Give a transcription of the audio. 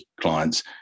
clients